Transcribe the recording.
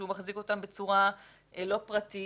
מחזיק אותם בצורה לא פרטית,